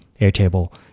Airtable